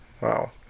wow